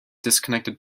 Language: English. disconnected